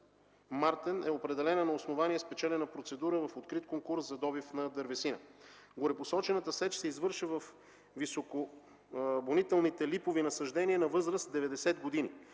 Мартен, е определена на основание спечелена процедура в открит конкурс за добив на дървесина. Горепосочената сеч се извършва във високобонитетни липови насаждения на възраст 90 години.